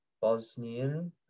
Bosnian